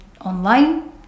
online